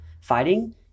fighting